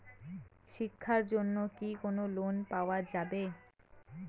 শিক্ষার জন্যে কি কোনো লোন পাওয়া যাবে?